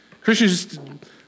Christians